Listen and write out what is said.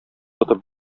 тотып